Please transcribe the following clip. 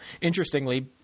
interestingly